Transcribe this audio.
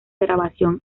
grabación